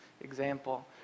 example